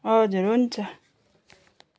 हजुर हुन्छ